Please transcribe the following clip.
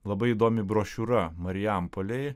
labai įdomi brošiūra marijampolėj